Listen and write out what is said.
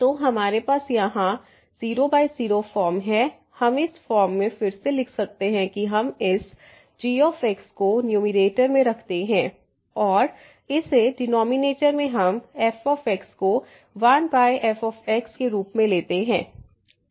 तो हमारे पास यहाँ 00 फॉर्म है हम इस फॉर्म में फिर से लिख सकते हैं कि हम इस g को न्यूमैरेटर में रखते हैं और इस डिनॉमिनेटर में हम f को 1f केरूप में लेते हैं